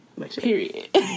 Period